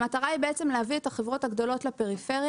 המטרה היא בעצם להביא את החברות הגדולות לפריפריה,